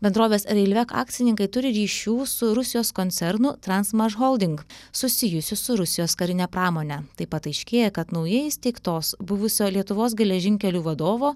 bendrovės railvec akcininkai turi ryšių su rusijos koncernu transmashholding susijusiu su rusijos karine pramone taip pat aiškėja kad naujai įsteigtos buvusio lietuvos geležinkelių vadovo